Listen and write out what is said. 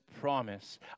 promise